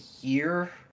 year